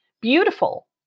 beautiful